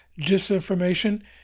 disinformation